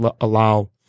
allow